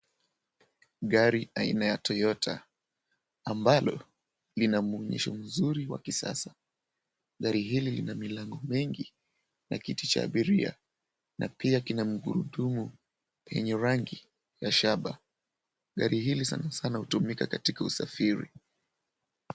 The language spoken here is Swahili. Gari aina ya Toyota ambalo lina mwonyesho mzuri wa kisasa. Gari hili lina milango mengi na kiti cha abiria na pia kina magurudumu yenye rangi ya shaba. Gari hili sana sana hutumika katika usafiri.